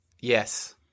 Yes